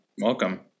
Welcome